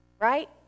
Right